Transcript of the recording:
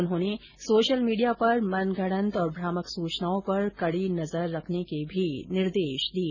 उन्होंने social media पर मनगढंत और भ्रामक सूचनाओं पर कड़ी नजर रखने के निर्देश दिए